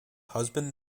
husband